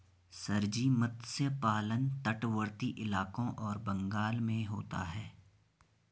sir ji मत्स्य पालन तटवर्ती इलाकों और बंगाल में होता है